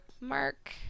Mark